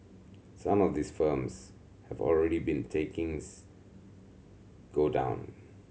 some of these firms have already been takings go down